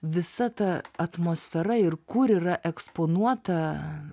visa ta atmosfera ir kur yra eksponuota